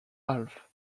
alf